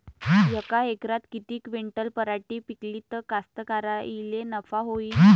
यका एकरात किती क्विंटल पराटी पिकली त कास्तकाराइले नफा होईन?